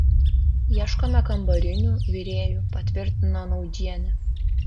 ieškome kambarinių virėjų patvirtino naudžienė